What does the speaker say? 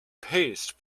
paste